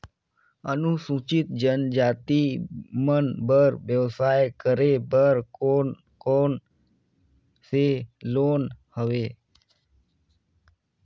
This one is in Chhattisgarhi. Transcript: अनुसूचित जनजाति मन बर व्यवसाय करे बर कौन कौन से लोन हवे?